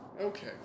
Okay